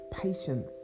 patience